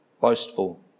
boastful